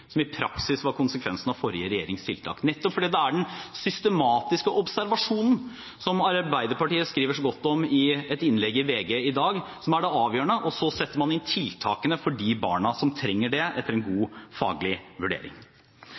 som i praksis var konsekvensen av forrige regjerings tiltak, nettopp fordi det er den systematiske observasjonen, som Arbeiderpartiet skriver så godt om i et innlegg i VG i dag, som er det avgjørende, og så setter man inn tiltakene for de barna som trenger det, etter en god faglig vurdering.